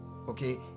Okay